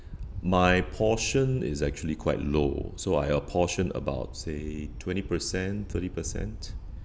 my portion is actually quite low so I apportion about say twenty percent thirty percent